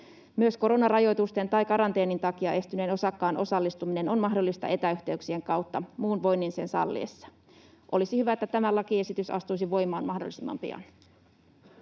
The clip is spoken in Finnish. Myös koronarajoitusten tai ‑karanteenin takia estyneen osakkaan osallistuminen on mahdollista etäyhteyksien kautta muun voinnin sen salliessa. Olisi hyvä, että tämä lakiesitys astuisi voimaan mahdollisimman pian.